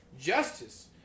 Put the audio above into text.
justice